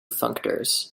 functors